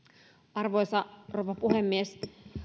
arvoisa rouva puhemies